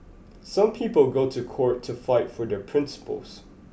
some people go to court to fight for their principles